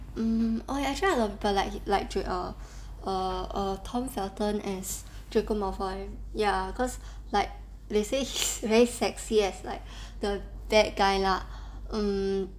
um oh actually a lot of people like like dra~ err err err tom felton as draco malfoy ya cause like they say he's very sexy as like the bad guy lah um